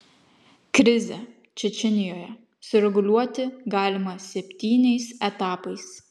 krizę čečėnijoje sureguliuoti galima septyniais etapais